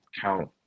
count